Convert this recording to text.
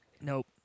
Nope